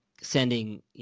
sending